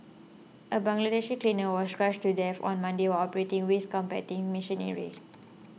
a Bangladeshi cleaner was crushed to death on Monday while operating waste compacting machinery